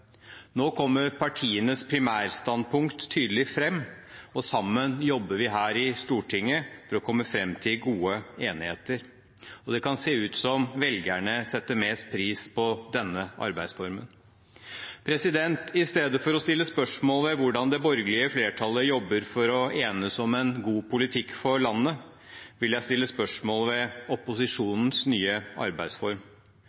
Nå kommer partienes primærstandpunkter tydelig fram, og sammen jobber vi her i Stortinget for å komme fram til gode enigheter. Det kan se ut som om velgerne setter mest pris på denne arbeidsformen. I stedet for å stille spørsmål om hvordan det borgerlige flertallet jobber for å enes om en god politikk for landet, vil jeg sette spørsmålstegn ved